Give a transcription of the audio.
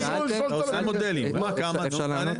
-- אפשר לענות?